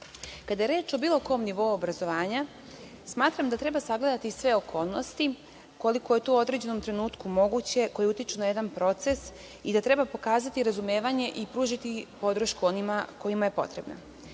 je reč o bilo kom nivou obrazovanja, smatram da treba sagledati sve okolnosti koliko je to u određenom trenutku moguće, koji utiču na jedna proces i da treba pokazati razumevanje i ružiti podršku onima kojima je potrebna. Pred